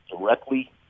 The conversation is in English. directly